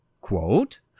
Quote